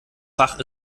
fach